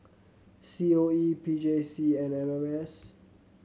C O E P J C and M M S